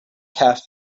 cafe